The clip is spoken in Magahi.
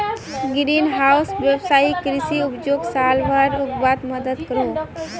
ग्रीन हाउस वैवसायिक कृषि उपजोक साल भर उग्वात मदद करोह